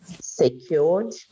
secured